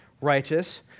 righteous